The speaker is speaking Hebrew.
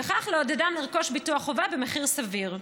וכך לעודדם לרכוש ביטוח חובה במחיר סביר.